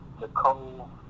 Nicole